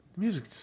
Music